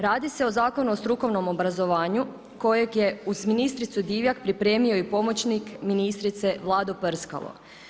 Radi se o Zakonu o strukovnom obrazovanju, koju je uz ministricu Divjak, pripremio i pomoćnik ministrice Vlado Prskalo.